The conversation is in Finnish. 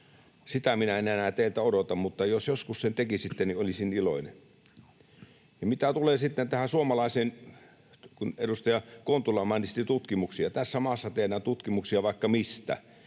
Sitä minä en enää teiltä odota, mutta jos joskus sen tekisitte, niin olisin iloinen. Ja mitä tulee sitten suomalaisiin tutkimuksiin, kun edustaja Kontula ne mainitsi: Tässä maassa tehdään tutkimuksia vaikka mistä,